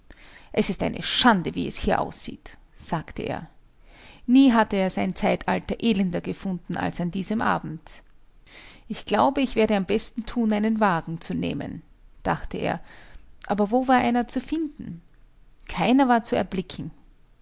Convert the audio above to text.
es ist eine schande wie es hier aussieht sagte er nie hatte er sein zeitalter elender gefunden als an diesem abend ich glaube ich werde am besten thun einen wagen zu nehmen dachte er aber wo war einer zu finden keiner war zu erblicken